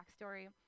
backstory